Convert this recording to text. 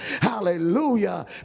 Hallelujah